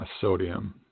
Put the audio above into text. sodium